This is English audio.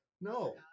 No